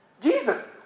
Jesus